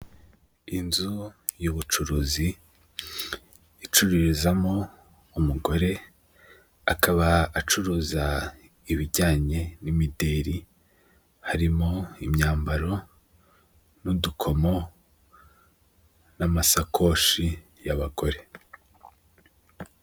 Inzu y'ubucuruzi icururizamo umugore akaba acuruza ibijyanye n'imideri harimo: imyambaro, n'udukomo, n'amasakoshi y'abagore.